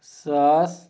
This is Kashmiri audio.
ساس